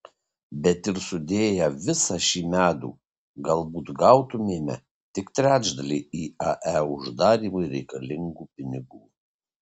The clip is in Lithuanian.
bet ir sudėję visą šį medų galbūt gautumėme tik trečdalį iae uždarymui reikalingų pinigų